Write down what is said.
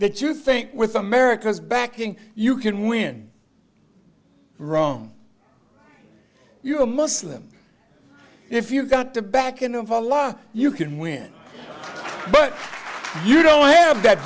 that you think with america's backing you can win wrong you are a muslim if you got the backing of all law you can win but you don't have that